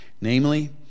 Namely